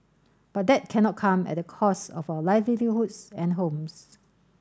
but that cannot come at the cost of our livelihoods and homes